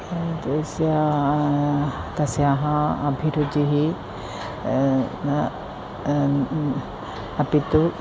किन्तु तस्याः तस्याः अभिरुचिः न अपि तु